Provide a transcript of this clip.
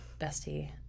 bestie